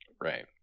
Right